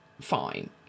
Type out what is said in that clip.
fine